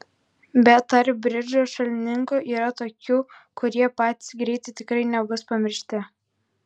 bet tarp bridžo šalininkų yra tokių kurie patys greitai tikrai nebus pamiršti